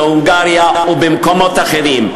בהונגריה ובמקומות אחרים.